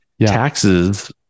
taxes